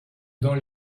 dans